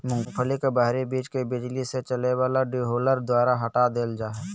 मूंगफली के बाहरी बीज के बिजली से चलय वला डीहुलर द्वारा हटा देल जा हइ